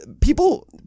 people